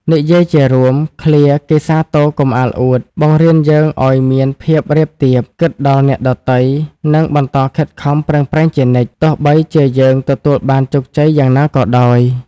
និយាយជារួម ឃ្លា "គេសាទរកុំអាលអួត" បង្រៀនយើងឱ្យមានភាពរាបទាប គិតដល់អ្នកដទៃ និងបន្តខិតខំប្រឹងប្រែងជានិច្ច ទោះបីជាយើងទទួលបានជោគជ័យយ៉ាងណាក៏ដោយ។